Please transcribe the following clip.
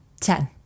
Ten